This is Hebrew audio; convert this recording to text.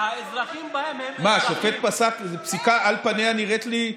והאזרחים בהן הם אזרחים.